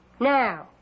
Now